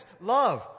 love